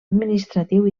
administratiu